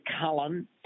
Cullen